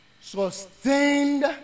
sustained